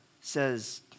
says